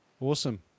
Awesome